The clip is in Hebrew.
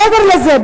מעבר לזה,